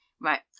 right